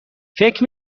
فکر